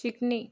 शिकणे